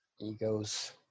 Egos